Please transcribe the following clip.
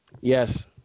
Yes